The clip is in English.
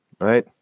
right